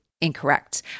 incorrect